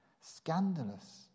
scandalous